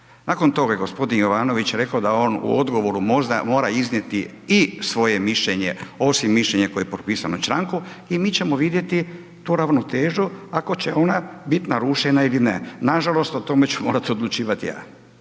Nakon toga je gospodin Jovanović rekao da on u odgovoru možda mora iznijeti i svoje mišljenje osim mišljenja koje je propisano člankom i mi ćemo vidjeti tu ravnotežu ako će ona biti narušena ili ne. Nažalost o tome ću morati odlučivati ja,